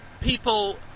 people